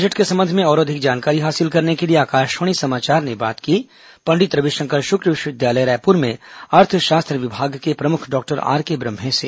budget के संबंध में और अधिक जानकारी हासिल करने के लिए आकाशवाणी समाचार ने बात की पंडित रविशंकर शुक्ल विश्वविद्यालय रायपुर में अर्थशास्त्र विभाग के प्रमुख डॉक्टर आरके ब्रम्हे से